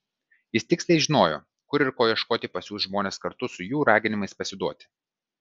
jis tiksliai žinojo kur ir ko ieškoti pasiųs žmones kartu su jų raginimais pasiduoti